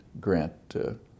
grant